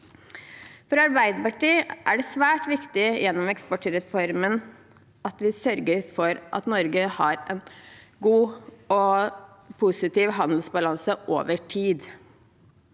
For Arbeiderpartiet er det svært viktig gjennom eksportreformen at vi sørger for at Norge har en god og positiv handelsbalanse over tid.